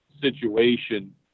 situation